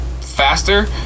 faster